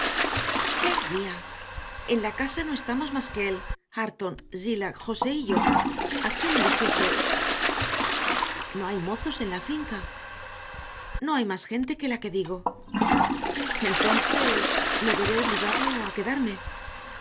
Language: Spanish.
qué guía en la casa no estamos más que él hareton zillah josé y yo a quién elige usted no hay mozos en la finca no hay más gente que la que digo entonces me veré obligado a quedarme